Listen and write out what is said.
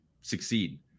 succeed